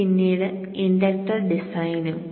പിന്നീട് ഇൻഡക്റ്റർ ഡിസൈനും